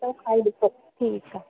अचो काई दिकत ठीकु आहे